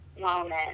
moment